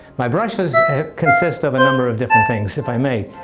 my brushes consists of a number of different things if i may.